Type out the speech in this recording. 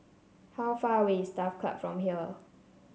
how far away is Turf Ciub from here